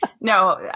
No